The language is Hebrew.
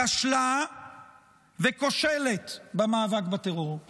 כשלה וכושלת במאבק בטרור.